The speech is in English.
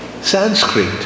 Sanskrit